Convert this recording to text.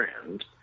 friend